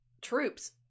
troops